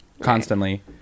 Constantly